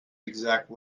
exact